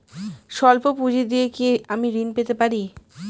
সল্প পুঁজি দিয়ে কি আমি ঋণ পেতে পারি?